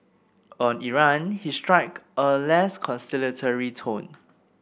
on Iran he struck a less conciliatory tone